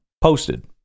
posted